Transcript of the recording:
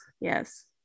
Yes